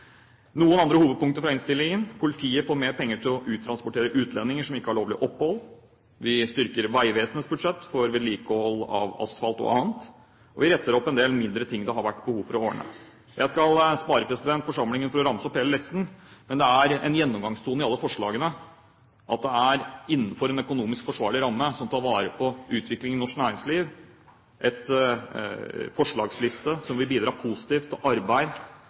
Noen andre hovedpunkter i innstillingen: Politiet får mer penger til å uttransportere utlendinger som ikke har lovlig opphold. Vi styrker Vegvesenets budsjett for vedlikehold av asfalt og annet. Og vi retter opp en del mindre ting det har vært behov for å ordne. Jeg skal spare forsamlingen for å ramse opp hele listen, men det er en gjennomgangstone i alle forslagene at de er innenfor en økonomisk forsvarlig ramme som vil ta vare på utviklingen i norsk næringsliv – en forslagsliste som vil bidra positivt til arbeid,